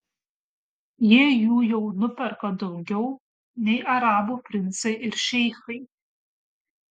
jie jų jau nuperka daugiau nei arabų princai ir šeichai